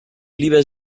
lieber